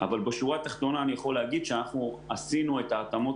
אבל בשורה התחתונה אני יכול להגיד שאנחנו עשינו את ההתאמות